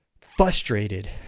frustrated